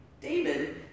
David